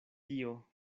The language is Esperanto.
tio